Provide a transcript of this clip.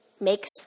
makes